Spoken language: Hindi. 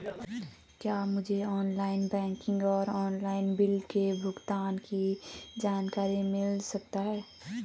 क्या मुझे ऑनलाइन बैंकिंग और ऑनलाइन बिलों के भुगतान की जानकारी मिल सकता है?